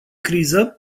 criză